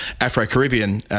Afro-Caribbean